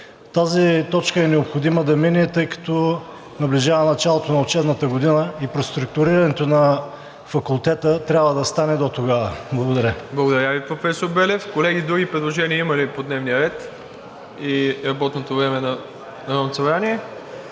Тази точка е необходимо да мине, тъй като наближава началото на учебната година и преструктурирането на факултета трябва да стане дотогава. Благодаря. ПРЕДСЕДАТЕЛ МИРОСЛАВ ИВАНОВ: Благодаря Ви, професор Белев. Колеги, други предложения има ли по дневния ред и работното време на Народното